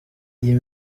iyi